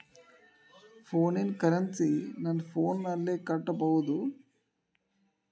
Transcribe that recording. ಫೋನಿನ ಕರೆನ್ಸಿ ನನ್ನ ಫೋನಿನಲ್ಲೇ ಕಟ್ಟಬಹುದು?